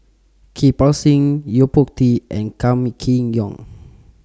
Kirpal Singh Yo Po Tee and Kam Kee Yong